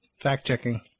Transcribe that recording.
Fact-checking